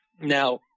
Now